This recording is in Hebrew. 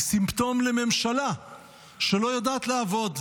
היא סימפטום לממשלה שלא יודעת לעבוד,